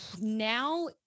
now